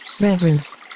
reverence